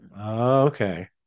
Okay